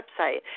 website